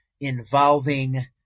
involving